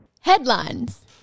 Headlines